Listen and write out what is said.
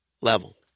level